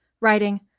writing